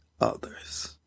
others